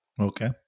okay